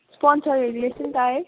sponsor रहेछ नि त है